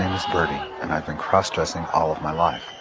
is birdie and i have been cross-dressing all of my life.